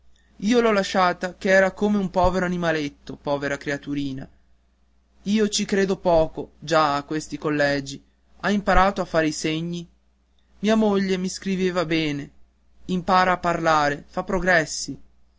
io l'ho lasciata che era come un povero animaletto povera creatura io ci credo poco già a questi collegi ha imparato a fare i segni mia moglie mi scriveva bene impara a parlare fa progressi